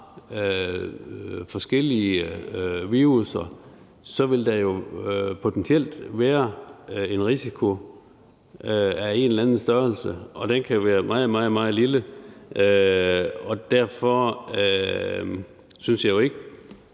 forskellige virusser, potentielt være en risiko af en eller anden størrelse. Den kan være meget, meget lille, og derfor synes jeg jo ikke,